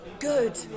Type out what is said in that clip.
good